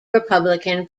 republican